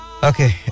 Okay